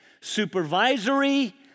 supervisory